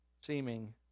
seeming